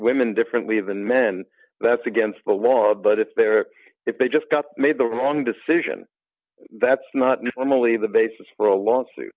women differently than men that's against the law but if they are if they just got made the wrong decision that's not normally the basis for a lawsuit